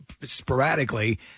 sporadically